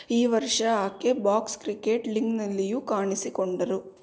ಈ ವರ್ಷ ಆಕೆ ಬಾಕ್ಸ್ ಕ್ರಿಕೆಟ್ ಲೀಗ್ನಲ್ಲಿಯೂ ಕಾಣಿಸಿಕೊಂಡರು